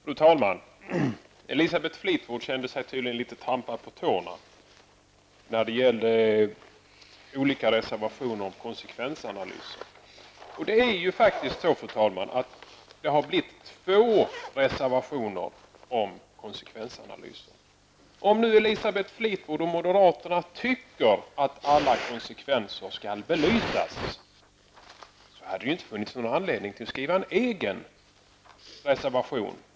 Fru talman! Elisabeth Fleetwood kände sig tydligen litet trampad på tårna när det gällde reservationerna om konsekvensanalyser. Här har det faktiskt, fru talman, blivit två reservationer om konsekvensanalyser. Om Elisabeth Fleetwood och moderaterna tycker att alla konsekvenser skall belysas, hade det väl inte funnits någon anledning att skriva en egen reservation.